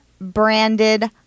branded